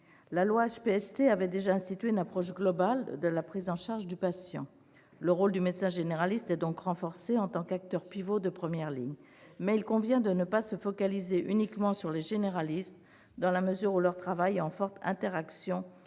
La loi HPST avait déjà institué une approche globale de la prise en charge du patient. Le rôle du médecin généraliste est donc renforcé en tant qu'acteur pivot de première ligne. Mais il convient de ne pas se focaliser uniquement sur les généralistes, dans la mesure où leur travail est en forte interaction avec les autres